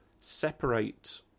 separate